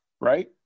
right